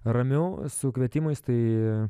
ramiau su kvietimais tai